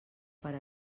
per